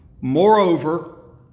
Moreover